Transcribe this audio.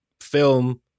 film